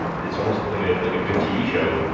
it's almost was like ah like a good tv show, you